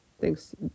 Thanks